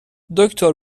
دکتر